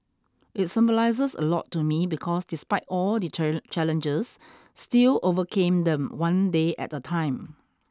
it symbolises a lot to me because despite all the challenges still overcame them one day at a time